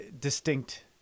distinct